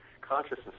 consciousness